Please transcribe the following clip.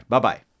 Bye-bye